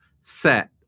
set